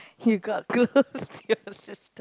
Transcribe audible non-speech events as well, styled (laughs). you got close (laughs) to your sister